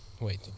waiting